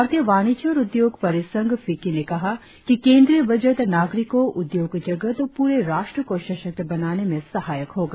भारतीय वाणिज्य और उद्योग परिसंघ फिक्की ने कहा कि केंद्रीय बजट नागरिको उद्योग जगत और पूरे राष्ट्र को सभाक्त बनाने में सहायक होगा